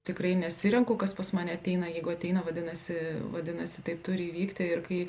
tikrai nesirenku kas pas mane ateina jeigu ateina vadinasi vadinasi taip turi įvykti ir kai